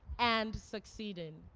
and succeeding.